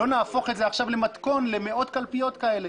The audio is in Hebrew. לא נהפוך את זה עכשיו למתכון למאות קלפיות כאלה.